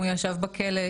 הוא ישב בכלא,